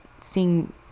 seeing